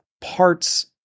parts